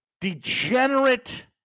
degenerate